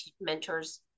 mentors